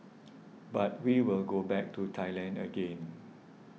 but we will go back to Thailand again